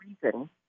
reason